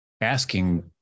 asking